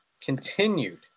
continued